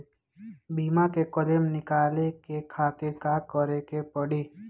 बीमा के क्लेम निकाले के खातिर का करे के पड़ी?